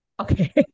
okay